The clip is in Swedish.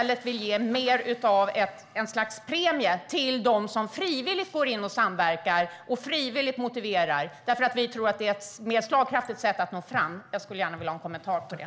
Vi vill i stället ge ett slags premie till dem som samverkar och motiverar frivilligt. Vi tror att det är ett mer slagkraftigt sätt att nå fram. Jag skulle gärna vilja höra en kommentar till det.